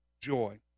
joy